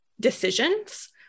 decisions